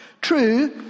true